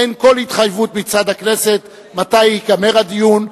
אין כל התחייבות מצד הכנסת מתי ייגמר הדיון,